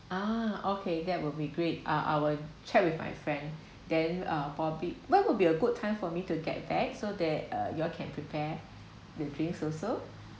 ah okay that will be great I'll I'll chat with my friend then uh for pe~ where would be a good time for me to get back so that uh you all can prepare the drinks also